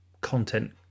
content